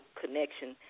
connection